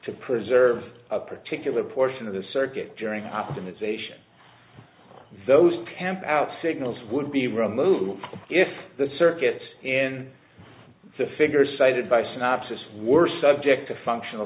to preserve a particular portion of the circuit during optimization those campout signals would be removed if the circuits in the figure cited by synopsis were subject to functional